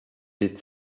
ditt